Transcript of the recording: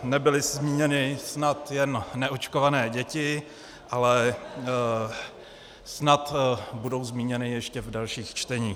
Nebyly zmíněny snad jen neočkované děti, ale snad budou zmíněny ještě v dalších čteních.